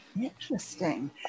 Interesting